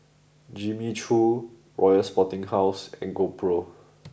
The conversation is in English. Jimmy Choo Royal Sporting House and GoPro